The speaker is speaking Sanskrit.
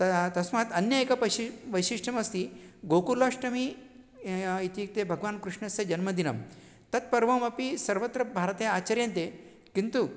तत् तस्मात् अन्यः एकः पशि वैशिष्ट्यम् अस्ति गोकुलाष्टमी इत्युक्ते भगवान् कृष्णस्य जन्मदिनं तत्पर्वमपि सर्वत्र भारते आचर्यन्ते किन्तु